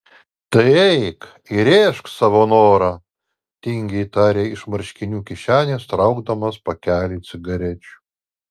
tai eik įrėžk savo norą tingiai tarė iš marškinių kišenės traukdamas pakelį cigarečių